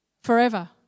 forever